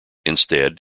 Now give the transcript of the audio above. instead